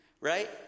right